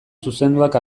zuzenduak